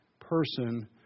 person